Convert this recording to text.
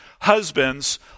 Husbands